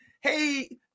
Hey